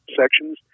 sections